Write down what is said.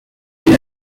and